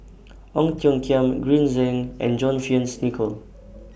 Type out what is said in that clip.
Ong Tiong Khiam Green Zeng and John Fearns Nicoll